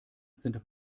sind